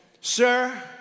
Sir